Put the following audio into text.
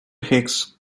hicks